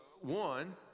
one